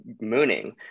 mooning